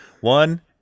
One